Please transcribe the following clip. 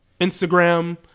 Instagram